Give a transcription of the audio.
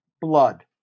blood